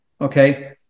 Okay